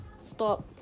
Stop